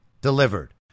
delivered